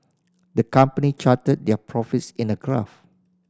the company charted their profits in a graph